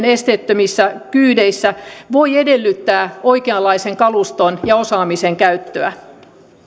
esteettömissä kyydeissä voi edellyttää oikeanlaisen kaluston ja osaamisen käyttöä